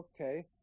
okay